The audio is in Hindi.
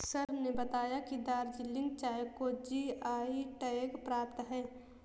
सर ने बताया कि दार्जिलिंग चाय को जी.आई टैग प्राप्त है